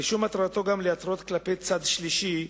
הרישום מטרתו גם להתרות כלפי צד שלישי,